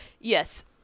yes